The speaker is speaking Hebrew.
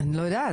אני לא יודעת.